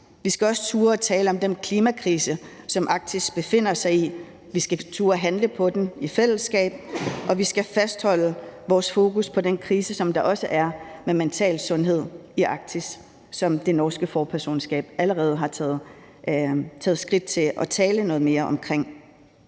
Vi skal også turde tale om den klimakrise, Arktis befinder sig i, vi skal turde handle på den i fællesskab, og vi skal fastholde vores fokus på den krise, som der også er med mental sundhed i Arktis, som det norske forpersonskab allerede har taget skridt til at tale noget mere om.